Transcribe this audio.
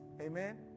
Amen